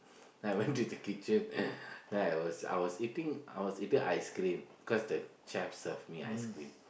then I went to the kitchen then I was I was eating I was eating ice-cream cause the chef serve me ice-cream